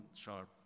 sharp